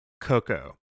coco